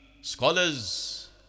scholars